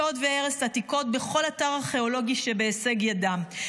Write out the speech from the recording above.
שוד והרס עתיקות בכל אתר ארכיאולוגי שבהישג ידם,